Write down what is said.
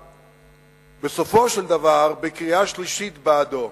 בסופו של דבר בקריאה שלישית בעדו.